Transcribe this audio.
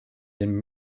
den